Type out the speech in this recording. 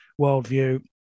worldview